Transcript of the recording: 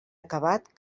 acabat